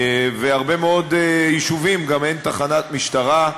ובהרבה מאוד יישובים גם אין תחנת משטרה,